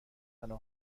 فنا